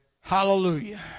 Hallelujah